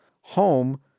home